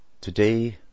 Today